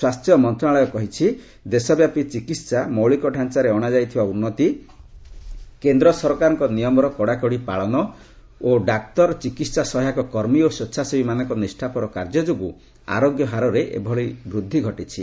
ସ୍ୱାସ୍ଥ୍ୟ ମନ୍ତ୍ରଣାଳୟ କହିଛି ଦେଶବ୍ୟାପୀ ଚିକିତ୍ସା ମୌଳିକଢାଞ୍ଚାରେ ଅଣାଯାଇଥିବା ଉନ୍ନତି କେନ୍ଦ୍ର ସରକାରଙ୍କ ନିୟମର କଡ଼ାକଡ଼ି ପାଳନ ଓ ଡାକ୍ତର ଚିକିହା ସହାୟକ କର୍ମୀ ଓ ସ୍ପେଚ୍ଛାସେବୀମାନଙ୍କ ନିଷ୍ଠାପର କାର୍ଯ୍ୟ ଯୋଗୁଁ ଆରୋଗ୍ୟ ହାରରେ ଏଭଳି ବୃଦ୍ଧି ଘଟିଛି